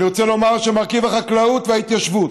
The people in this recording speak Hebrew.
אני רוצה לומר שמרכיב החקלאות וההתיישבות,